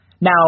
Now